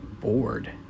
bored